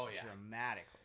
dramatically